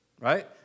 right